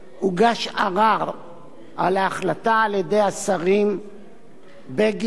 הוגש ערר על ההחלטה על-ידי השרים בגין,